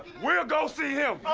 we'll go see him!